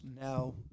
now